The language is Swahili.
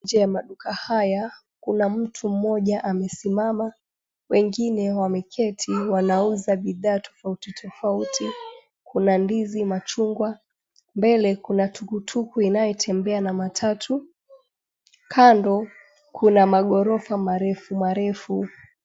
Nje ya maduka haya kuna mtu mmoja amesimama wengine wameketi wanauzwa bidhaa tofauti tofauti, kuna ndizi, machungwa, mbele kuna tukutuku inayotembea na matatu, kando kuna maghorofa marefu marefu.